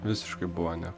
visiškai buvo ne